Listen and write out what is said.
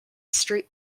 street